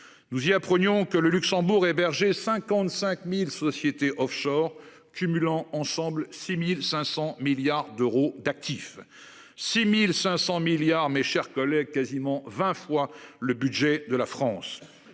Nous y apprenons que le Luxembourg 55.000 sociétés offshore cumulant ensemble 6500 milliards d'euros d'actifs, 6500 milliards. Mes chers collègues, quasiment 20 fois le budget de la France